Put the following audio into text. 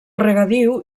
regadiu